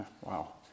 wow